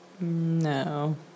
No